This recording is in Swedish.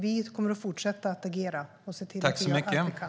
Vi kommer att fortsätta att agera och se till att vi gör allt vi kan.